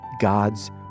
God's